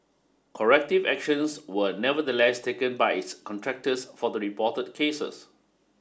corrective actions were nevertheless taken by its contractors for the reported cases